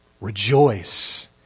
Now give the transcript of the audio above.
rejoice